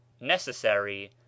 Necessary